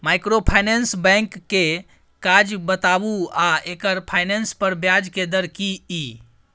Microfinance bank के काज बताबू आ एकर फाइनेंस पर ब्याज के दर की इ?